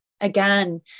again